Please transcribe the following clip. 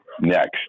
next